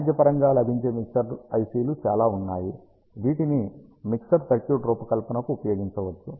వాణిజ్యపరంగా లభించే mixer IC లు చాలా ఉన్నాయి వీటిని మిక్సర్ సర్క్యూట్ రూపకల్పనకు ఉపయోగించవచ్చు